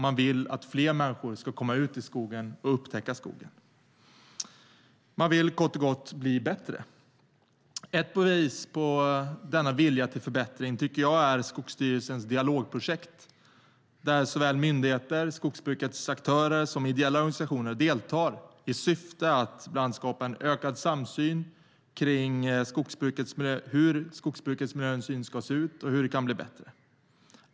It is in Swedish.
Man vill att fler människor ska komma ut i skogen och upptäcka skogen. Man vill kort och gott bli bättre. Ett bevis på denna vilja till förbättring tycker jag är Skogsstyrelsens dialogprojekt där såväl myndigheter, skogsbrukets aktörer som ideella organisationer deltar i syfte att bland annat skapa en ökad samsyn om hur skogsbrukets miljöhänsyn ska se ut och hur den kan bli bättre.